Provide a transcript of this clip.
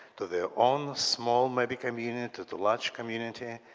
to their own small maybe community, to the large community.